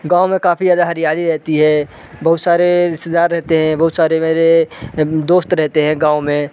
गाँव में काफ़ी ज़्यादा हरियाली रहती है बहुत सारे रिश्तेदार रहते हैं बहुत सारे मेरे दोस्त रहते हैं गाँव में